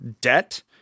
debt